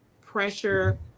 pressure